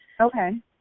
Okay